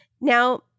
Now